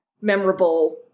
memorable